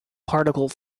particle